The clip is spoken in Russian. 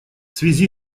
связи